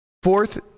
Fourth